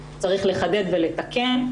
צריך לחדד ולתקן.